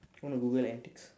want to google antics